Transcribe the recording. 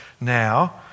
now